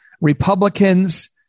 Republicans